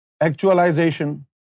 Actualization